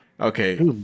Okay